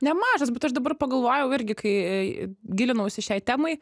nemažas bet aš dabar pagalvojau irgi kai gilinausi šiai temai